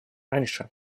раньше